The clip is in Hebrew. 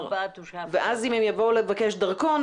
ואז אם הם יבואו לבקש דרכון,